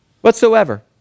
whatsoever